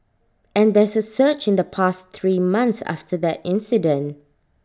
and there's A surge in the past three months after that incident